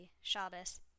Shabbos